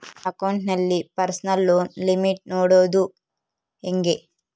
ನನ್ನ ಅಕೌಂಟಿನಲ್ಲಿ personal loan limit ನೋಡದು ಹೆಂಗೆ?